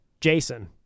Jason